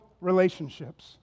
relationships